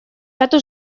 эту